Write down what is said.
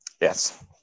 Yes